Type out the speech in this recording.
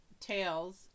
tails